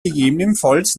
gegebenenfalls